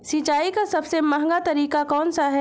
सिंचाई का सबसे महंगा तरीका कौन सा है?